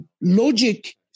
logic